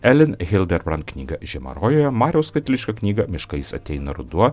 elin hilderbrant knygą žiena rojuje mariaus katiliškio knygą miškais ateina ruduo